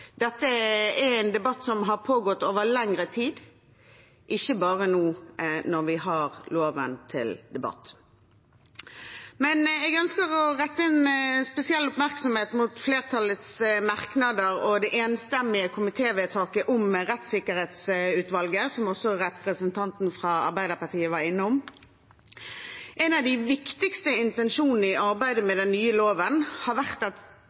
Dette er en debatt som har pågått over lengre tid, ikke bare når vi nå har loven til debatt. Jeg ønsker å rette en spesiell oppmerksomhet mot flertallets merknader og det enstemmige komitévedtaket om rettssikkerhetsutvalget, som også representanten fra Arbeiderpartiet var innom. En av de viktigste intensjonene i arbeidet med den nye loven har vært at